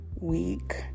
week